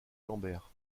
lambert